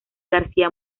garcía